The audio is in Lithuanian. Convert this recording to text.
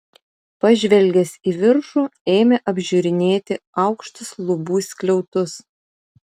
pažvelgęs į viršų ėmė apžiūrinėti aukštus lubų skliautus